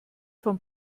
von